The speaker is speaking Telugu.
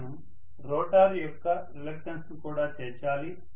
నేను రోటర్ యొక్క రిలక్టన్స్ ను కూడా చేర్చాలి